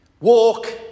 walk